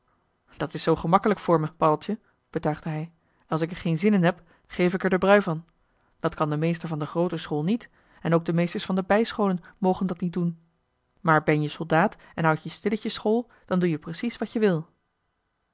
dat is zoo gemakkelijk voor me paddeltje betuigde hij als ik er geen zin in heb geef ik er den brui van dat kan de meester van de groote school niet en ook de meesters van de bijscholen mogen dat niet doen maar ben-je soldaat en houd je stilletjes school dan doe je precies wat je wil